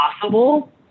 possible